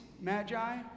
magi